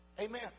Amen